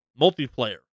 multiplayer